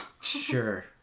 Sure